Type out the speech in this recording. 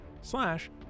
slash